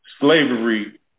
slavery